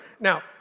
Now